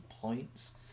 points